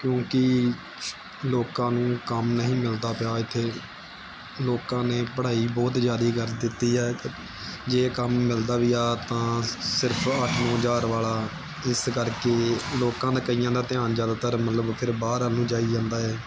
ਕਿਉਂਕਿ ਲੋਕਾਂ ਨੂੰ ਕੰਮ ਨਹੀਂ ਮਿਲਦਾ ਪਿਆ ਇੱਥੇ ਲੋਕਾਂ ਨੇ ਪੜ੍ਹਾਈ ਬਹੁਤ ਜ਼ਿਆਦਾ ਕਰ ਦਿੱਤੀ ਹੈ ਇੱਕ ਜੇ ਕੰਮ ਮਿਲਦਾ ਵੀ ਆ ਤਾਂ ਸਿਰਫ ਅੱਠ ਨੌਂ ਹਜ਼ਾਰ ਵਾਲਾ ਇਸ ਕਰਕੇ ਲੋਕਾਂ ਦਾ ਕਈਆਂ ਦਾ ਧਿਆਨ ਜ਼ਿਆਦਾਤਰ ਮਤਲਬ ਫਿਰ ਬਾਹਰ ਵੱਲ ਨੂੰ ਜਾਈ ਜਾਂਦਾ ਹੈ